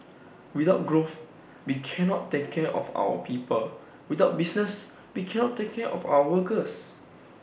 without growth we cannot take care of our people without business we cannot take care of our workers